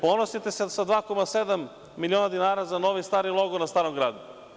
Ponosite se sa 2,7 miliona dinara za novi – stari logo na Starom gradu.